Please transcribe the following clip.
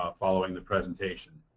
ah following the presentation.